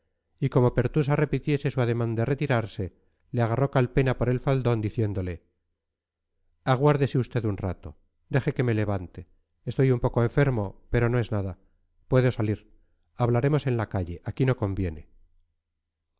y como pertusa repitiese su ademán de retirarse le agarró calpena por el faldón diciéndole aguárdese usted un rato deje que me levante estoy un poco enfermo pero no es nada puedo salir hablaremos en la calle aquí no conviene